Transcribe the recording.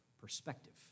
perspective